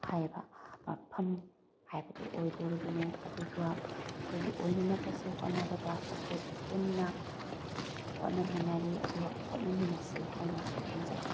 ꯍꯥꯏꯕ ꯃꯐꯝ ꯍꯥꯏꯕꯗꯣ ꯑꯣꯏꯗꯧꯔꯤꯕꯅꯦ ꯑꯗꯨꯒ ꯑꯩꯈꯣꯏꯒꯤ ꯑꯣꯏꯅꯅꯕꯁꯨ ꯍꯣꯠꯅꯕꯗ ꯑꯩꯈꯣꯏ ꯄꯨꯟꯅ ꯍꯣꯠꯅꯃꯤꯟꯅꯔꯤ ꯑꯗꯨꯒ ꯍꯣꯠꯅꯃꯤꯟꯅꯁꯤ ꯍꯥꯏꯅꯁꯨ ꯊꯝꯖꯒꯦ